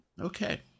Okay